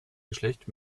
geschlecht